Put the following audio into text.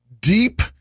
deep